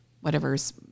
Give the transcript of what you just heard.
whatever's